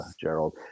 Gerald